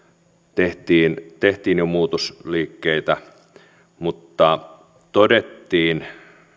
tehtiin tehtiin jo muutosliikkeitä mutta todettiin